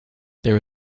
there